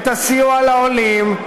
את הסיוע לעולים,